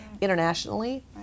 internationally